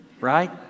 right